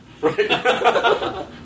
Right